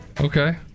Okay